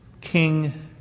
king